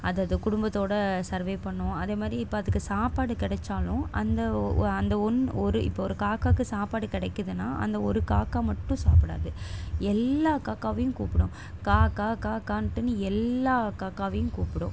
அதுதது குடும்பத்தோடு சர்வே பண்ணணும் அதேமாதிரி இப்போ அதுக்கு சாப்பாடு கிடைச்சாலும் அந்த ஒ அந்த ஒன் ஒரு இப்போ ஒரு காக்காக்கு சாப்பாடு கிடைக்குதுன்னா அந்த ஒரு காக்கா மட்டும் சாப்புடாது எல்லா காக்காவையும் கூப்புடும் கா கா கா கான்ட்டுன்னு எல்லா காக்காவையும் கூப்புடும்